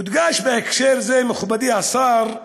יודגש בהקשר זה, מכובדי השר,